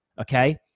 okay